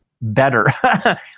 better